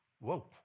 whoa